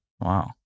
Wow